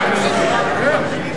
בבקשה, אני מבקש.